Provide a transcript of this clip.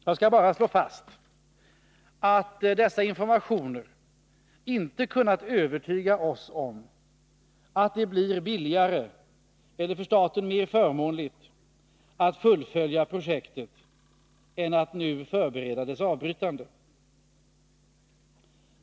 Jag skall bara slå fast att dessa informationer inte kunnat övertyga oss om att det blir billigare eller för staten mer förmånligt att fullfölja projektet än att nu förbereda dess avbrytande.